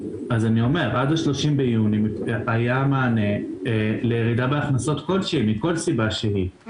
עד ה-30 ביוני היה מענה לירידה בהכנסות מכל סיבה שהיא,